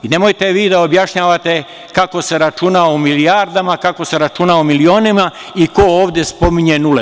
Nemojte vi da objašnjavate kako se računa u milijardama, kako se računa u milionima i ko ovde spominje nule.